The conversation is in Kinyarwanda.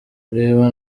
reba